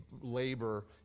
labor